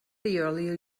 earlier